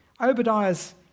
Obadiah's